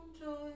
joy